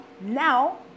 Now